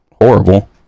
horrible